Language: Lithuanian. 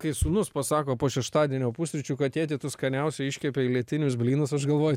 kai sūnus pasako po šeštadienio pusryčių kad tėti tu skaniausiai iškepei lietinius blynus aš galvoju